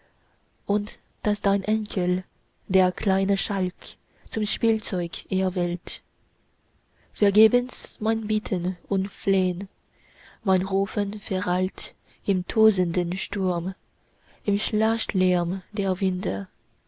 und das dein enkel der kleine schalk zum spielzeug erwählt vergebens mein bitten und flehn mein rufen verhallt im tosenden sturm im schlachtlärm der winde